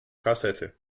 kassette